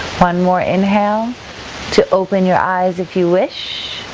one more inhale to open your eyes if you wish.